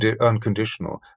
unconditional